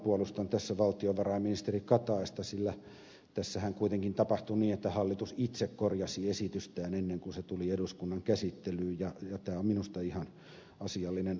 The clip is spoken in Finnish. puolustan tässä valtiovarainministeri kataista sillä tässähän kuitenkin tapahtui niin että hallitus itse korjasi esitystään ennen kuin se tuli eduskunnan käsittelyyn ja tämä on minusta ihan asiallinen toimintajärjestys